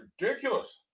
ridiculous